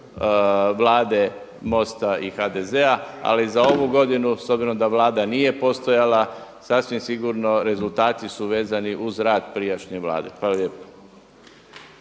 Vlade MOST-a i HDZ-a, ali za ovu godinu s obzirom da Vlada nije postojala sasvim sigurno rezultati su vezani uz rad prijašnje Vlade. Hvala lijepo.